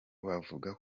bavuga